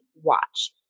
watch